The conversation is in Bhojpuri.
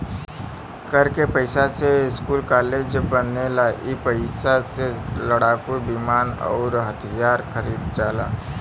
कर के पइसा से स्कूल कालेज बनेला ई पइसा से लड़ाकू विमान अउर हथिआर खरिदाला